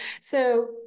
So-